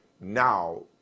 now